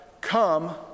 Come